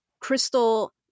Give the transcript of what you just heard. crystal